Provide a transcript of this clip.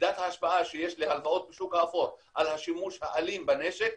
מידת ההשפעה שיש להלוואות בשוק האפור על השימוש האלים בנשק,